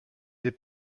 des